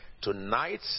tonight